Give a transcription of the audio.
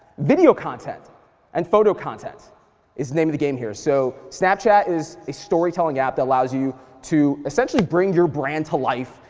video content and photo content is the name of the game here, so snapchat is a story telling app that allows you to, essentially, bring your brand to life,